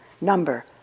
number